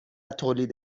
تولید